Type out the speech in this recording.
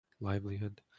livelihood